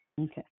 Okay